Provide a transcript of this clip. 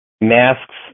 Masks